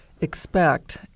expect